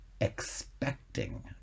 expecting